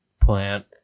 plant